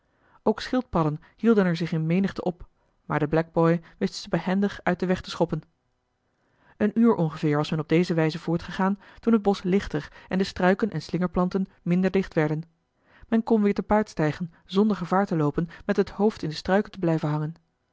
ook schildpadden hielden er zich in menigte op maar de blackboy wist ze behendig uit den weg te schoppen een uur ongeveer was men op deze wijze voortgegaan toen het bosch lichter en de struiken en slingerplanten minder dicht werden men kon weer te paard stijgen zonder gevaar te loopen met het hoofd in de struiken te blijven hangen